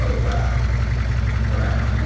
ah wow wow.